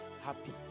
happy